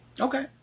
okay